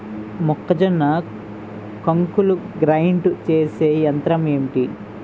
మొక్కజొన్న కంకులు గ్రైండ్ చేసే యంత్రం ఏంటి?